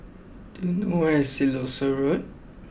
do you know where is Siloso Road